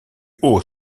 haut